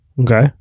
Okay